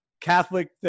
catholic